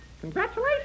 congratulations